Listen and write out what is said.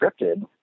scripted